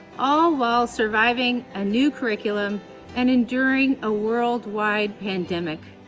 all while surviving a new curriculum and enduring a worldwide pandemic.